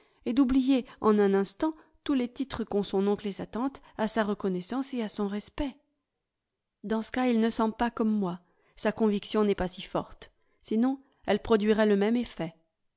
et d'oublier en un instant tous les titres qu'ont son oncle et sa tante à sa reconnaissance et à son respect dans ce cas il ne sent pas comme moi sa conviction n'est pas si forte sinon elle produirait le même effet